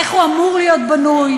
איך הוא אמור להיות בנוי,